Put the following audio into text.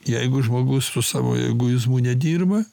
jeigu žmogus su savo egoizmu nedirba